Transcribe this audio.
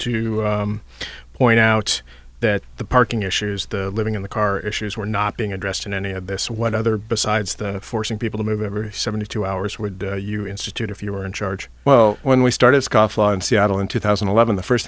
to point out that the parking issues the living in the car issues were not being addressed in any of this what other besides the forcing people to move every seventy two hours would you institute if you were in charge well when we started scofflaw in seattle in two thousand and eleven the first